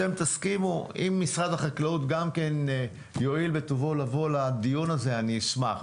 אם משרד החקלאות גם כן יואיל בטובו לבוא לדיון הזה אני אשמח,